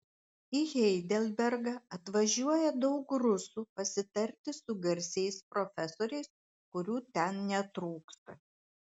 į heidelbergą atvažiuoja daug rusų pasitarti su garsiais profesoriais kurių ten netrūksta